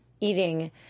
eating